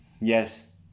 Yes